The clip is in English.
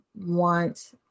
want